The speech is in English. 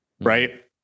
Right